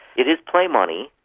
it is play money,